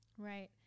Right